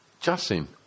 Justin